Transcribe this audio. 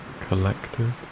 collected